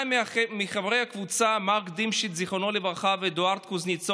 אבל אם כבר באי-אמון עסקינן, בואו נדבר רגע על